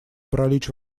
паралич